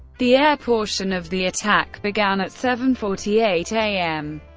the air portion of the attack began at seven forty eight a m.